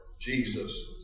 Jesus